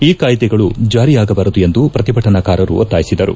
ಈ ಕಾಯ್ದೆಗಳು ಜಾರಿಯಾಗಬಾರದು ಎಂದು ಪ್ರತಿಭಟನಾಕಾರರು ಒತ್ತಾಯಿಸಿದರು